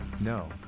No